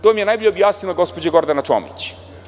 To vam je najbolje objasnila gospođa Gordana Čomić.